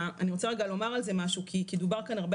אני רוצה רגע לומר על זה משהו כי דובר הרבה